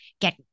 get